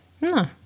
No